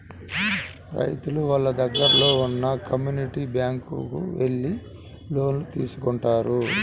రైతులు వాళ్ళ దగ్గరలో ఉన్న కమ్యూనిటీ బ్యాంక్ కు వెళ్లి లోన్స్ తీసుకుంటారు